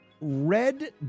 red